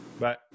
Bye